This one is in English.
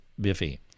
Biffy